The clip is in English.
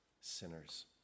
sinners